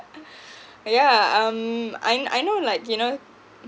yeah um I I know like you know